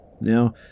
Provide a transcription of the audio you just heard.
Now